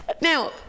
Now